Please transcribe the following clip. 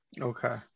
Okay